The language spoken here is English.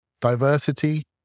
diversity